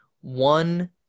one